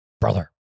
Brother